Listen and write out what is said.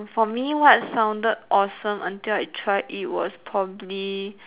for me what sounded awesome until I tried it was probably